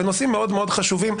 ונושאים מאוד חשובים,